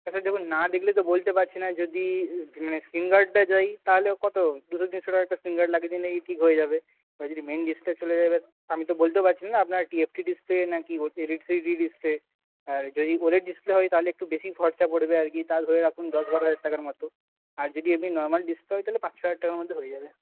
আসলে দেখুন না দেখলে তো বলতে পারছি না যদি মানে স্ক্রিন গার্ডটা যায় তাহলে কত দুশো তিনশো টাকার একটা স্ক্রিন গার্ড লাগিয়ে দিলেই ঠিক হয়ে যাবে এবার যদি মেইন ডিসপ্লে চলে যাবে আপনি তো বলতেও পারছেন না আপনার না কি ডিসপ্লে যদি ওদের ডিসপ্লে হয় তাহলে একটু বেশি খরচা পড়বে আর কি তাও ধরে রাখুন দশ বারো হাজার টাকার মতো আর যদি এমনি নর্মাল ডিসপ্লে হয় তাহলে পাঁচ ছয় হাজার টাকার মধ্যে হয়ে যাবে